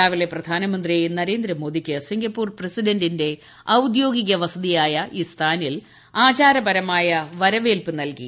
രാവിലെ പ്രധാനമന്ത്രി നരേന്ദ്രമോദിക്ക് സിംഗപ്പൂർ പ്രസിഡന്റിന്റെ ഔദ്യോഗിക വസതിയായ ഇസ്താനിൽ ആചാരപരമായ വരവേൽപ് നൽകി